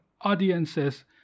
audiences